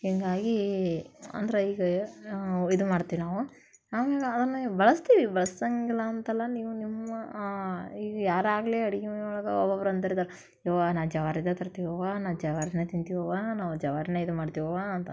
ಹೀಗಾಗಿ ಅಂದ್ರೆ ಈಗ ಇದು ಮಾಡ್ತೀವಿ ನಾವು ಆಮೇಲೆ ಅದನ್ನೇ ಬಳಸ್ತೀವಿ ಬಳ್ಸೋಂಗಿಲ್ಲ ಅಂತಲ್ಲ ನೀವು ನಿಮ್ಮ ಈಗ ಯಾರಾಗಲಿ ಅಡ್ಗೆ ಮನೆ ಒಳಗೆ ಒಬೊಬ್ರು ಅಂದಿರ್ದಾರೆ ಅವ್ವ ನಾನು ಜವಾರಿದು ತರ್ತೀವಿ ಅವ್ವ ನಾ ಜವಾರಿನೇ ತಿಂತಿವವ್ವಾ ನಾವು ಜವಾರಿನೇ ಇದು ಮಾಡ್ತೀವವ್ವ ಅಂತನ್